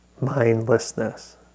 mindlessness